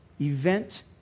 event